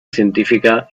científica